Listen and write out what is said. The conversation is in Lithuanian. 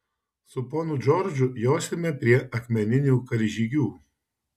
su ponu džordžu josime prie akmeninių karžygių